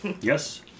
Yes